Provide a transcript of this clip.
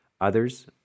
Others